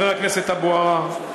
חבר הכנסת אבו עראר,